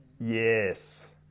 Yes